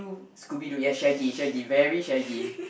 Scooby-Doo yes shaggy shaggy very shaggy